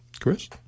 Chris